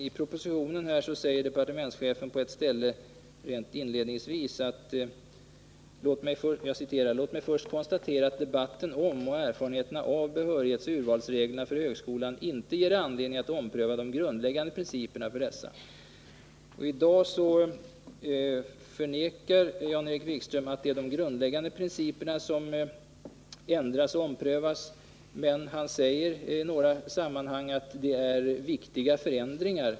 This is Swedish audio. I propositionen säger departementschefen på ett ställe inledningsvis: ”Låt mig först konstatera att debatten om och erfarenheterna av behörighetsoch urvalsreglerna för högskolan inte ger anledning att ompröva de grundläggande principerna för dessa.” Också i dag förnekar Jan-Erik Wikström att det är de grundläggande principerna som ändras och omprövas, men han säger i några sammanhang att det är viktiga förändringar.